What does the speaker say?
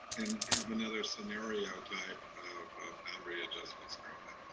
and have another scenario type boundary adjustments around